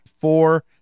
four